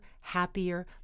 happier